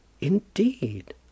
indeed